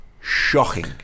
shocking